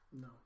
No